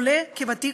עולה כוותיק,